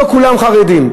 לא כולם חרדים,